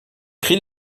cris